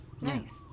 nice